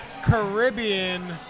Caribbean